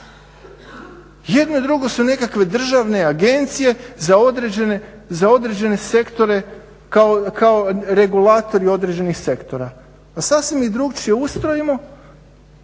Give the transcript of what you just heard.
Jedna i druga su nekakve državne agencije za određene sektore kao regulatori određenih sektora. Pa sasvim ih drukčije ustrojimo,